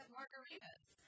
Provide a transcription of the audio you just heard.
margaritas